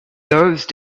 those